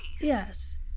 Yes